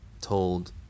told